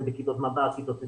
זה בכיתות מב"ר, כיתות אתגר,